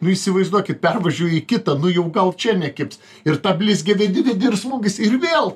nu įsivaizduokit pervažiuoji į kitą nu jau gal čia nekibs ir tą blizgę vedi vedi ir smūgis ir vėl